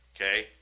Okay